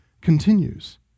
continues